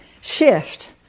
shift